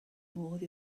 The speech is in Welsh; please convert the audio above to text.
modd